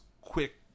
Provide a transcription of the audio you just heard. quick